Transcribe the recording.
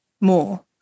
more